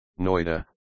Noida